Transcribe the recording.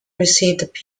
received